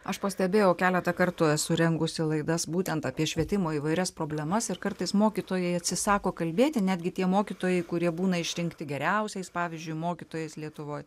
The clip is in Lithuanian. aš pastebėjau keletą kartų esu rengusi laidas būtent apie švietimo įvairias problemas ir kartais mokytojai atsisako kalbėti netgi tie mokytojai kurie būna išrinkti geriausiais pavyzdžiui mokytojais lietuvoj